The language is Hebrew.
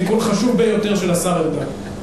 תיקון חשוב ביותר של השר ארדן.